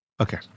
Okay